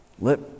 Let